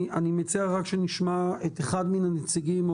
אני מציע רק שנשמע את אחד מן הנציגים או